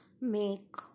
make